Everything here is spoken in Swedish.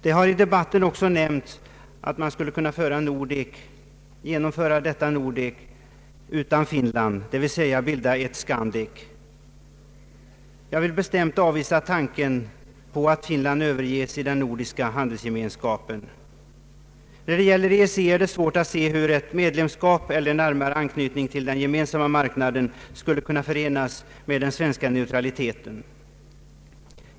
Det har i debatten också nämnts att man skulle kunna genomföra Nordek utan Finland, d. v. s. bilda ett Skandek. Jag vill bestämt avvisa tanken på att Finland överges i den nordiska handelsgemenskapen. När det gäller EEC är det svårt att se hur ett medlemskap eller en närmare anknytning till den gemensamma marknaden skulle kunna förenas med den svenska neutraliteten.